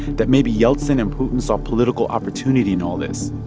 that maybe yeltsin and putin saw political opportunity in all this.